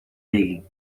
begging